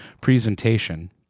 presentation